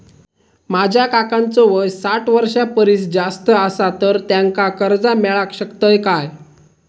माझ्या काकांचो वय साठ वर्षां परिस जास्त आसा तर त्यांका कर्जा मेळाक शकतय काय?